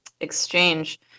exchange